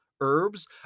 herbs